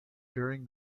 during